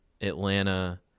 Atlanta